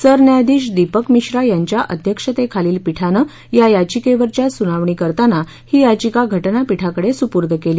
सरन्यायाधीश दीपक मिश्रा यांच्या अध्यक्षतेखालील पीठानं या याचिकेवरच्या सुनावणी करताना ही याचिका घटनापीठाकडे सुपूर्द केली